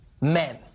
men